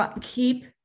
keep